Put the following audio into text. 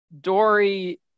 Dory